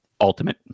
ultimate